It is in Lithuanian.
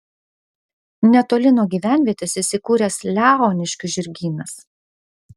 netoli nuo gyvenvietės įsikūręs leoniškių žirgynas